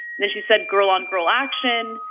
then she said girl on girl action.